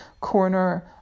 corner